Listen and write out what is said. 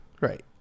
Right